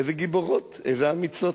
איזה גיבורות, איזה אמיצות.